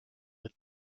with